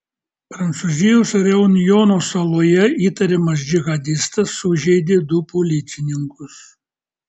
prancūzijos reunjono saloje įtariamas džihadistas sužeidė du policininkus